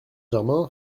germain